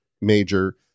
Major